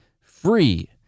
free